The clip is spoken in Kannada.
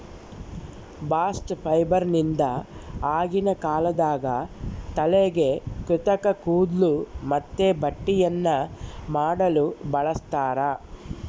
ಬಾಸ್ಟ್ ಫೈಬರ್ನಿಂದ ಆಗಿನ ಕಾಲದಾಗ ತಲೆಗೆ ಕೃತಕ ಕೂದ್ಲು ಮತ್ತೆ ಬಟ್ಟೆಯನ್ನ ಮಾಡಲು ಬಳಸ್ತಾರ